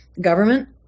government